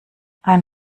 ein